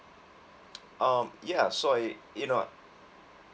um ya so I you know what